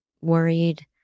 worried